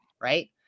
right